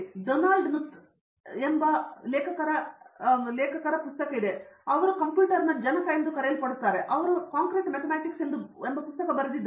Donald Knuth ಕಂಪ್ಯೂಟರಿನ ತಂದೆ ಮತ್ತು ಅವರು ಕಾಂಕ್ರೀಟ್ ಮ್ಯಾಥಮ್ಯಾಟಿಕ್ಸ್ ಎಂದು ಬರೆದಿದ್ದಾರೆ